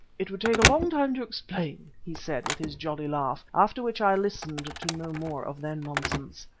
it would take a long time to explain, he said with his jolly laugh, after which i listened to no more of their nonsense.